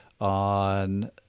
on